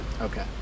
Okay